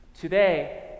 Today